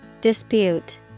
Dispute